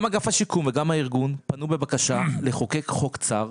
גם אגף השיקום וגם הארגון פנו בבקשה לחוקק חוק צר.